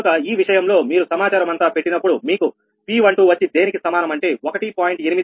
కనుక ఈ విషయంలో మీరు సమాచారమంతా పెట్టినప్పుడు మీకు P12 వచ్చి దేనికి సమానం అంటే 1